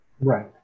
right